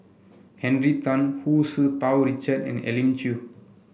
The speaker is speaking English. Henry Tan Hu Tsu Tau Richard and Elim Chew